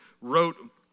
wrote